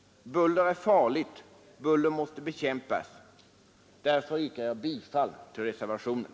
Buller är farligt. Buller måste bekämpas. Därför yrkar jag bifall till reservationen.